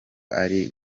ari